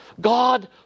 God